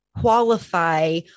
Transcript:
qualify